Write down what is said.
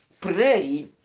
pray